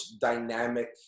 dynamic